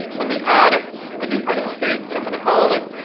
let me add a new part of the state that i'm going to call like,